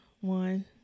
one